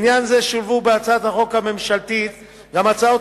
בעניין זה שולבו בהצעת החוק הממשלתית גם הצעות